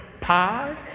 pie